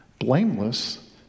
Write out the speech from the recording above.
Blameless